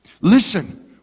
Listen